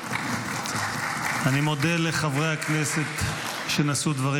אני מודה לחברי הכנסת שנשאו דברים